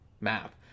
map